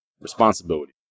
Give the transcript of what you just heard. responsibility